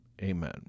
Amen